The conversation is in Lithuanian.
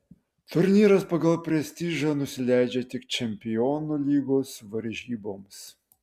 turnyras pagal prestižą nusileidžia tik čempionų lygos varžyboms